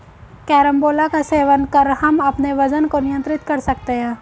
carambola का सेवन कर हम अपने वजन को नियंत्रित कर सकते हैं